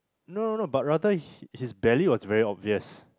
no no no but rather he his belly was very obvious